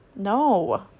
No